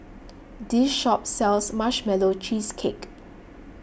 this shop sells Marshmallow Cheesecake